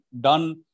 done